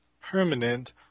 permanent